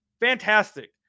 Fantastic